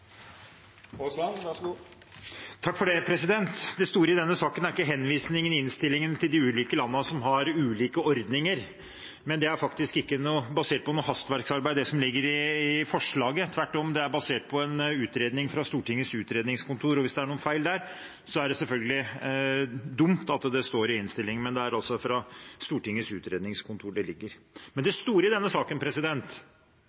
Aasland har hatt ordet to gonger tidlegare og får ordet til ein kort merknad, avgrensa til 1 minutt. Det store i denne saken er ikke henvisningen i innstillingen til de ulike landene som har ulike ordninger. Det er faktisk ikke basert på noe hastverksarbeid, det som ligger i forslaget – tvert om, det er basert på en utredning fra Stortingets utredningsseksjon. Og hvis det er noe feil der, er det selvfølgelig dumt at det står i innstillingen. Men det er altså fra Stortingets utredningsseksjon dette foreligger. Det